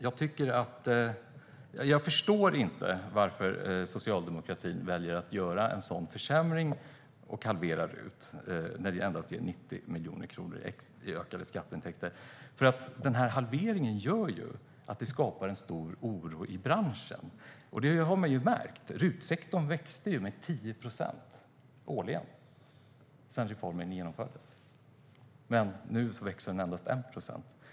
Jag förstår alltså inte varför socialdemokratin väljer att göra en sådan försämring och halvera RUT när det endast ger 90 miljoner kronor i ökade skatteintäkter. Halveringen gör nämligen att vi skapar en stor oro i branschen. Det har man ju märkt; RUT-sektorn växte med 10 procent årligen efter att reformen genomfördes, men nu växer den med endast 1 procent.